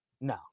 No